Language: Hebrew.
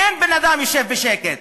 אין בן-אדם שישב בשקט.